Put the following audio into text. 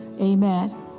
Amen